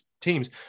teams